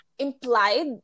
Implied